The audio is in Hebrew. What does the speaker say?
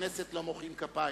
בכנסת לא מוחאים כפיים.